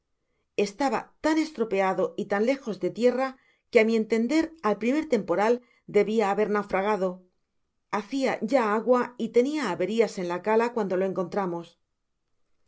estaba tan estropeado y tan lejos de tierra que á mi entender al primer temporal debia haber naufragado hacia ya agua y tenia averias en la cala cuando lo encontramos